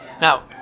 Now